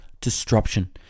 disruption